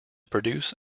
produce